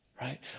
right